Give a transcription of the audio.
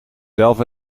zelf